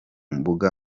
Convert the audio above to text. mbuga